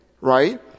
right